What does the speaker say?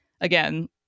again